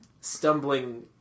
stumbling